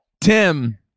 Tim